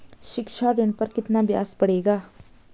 शिक्षा ऋण पर कितना ब्याज पड़ेगा?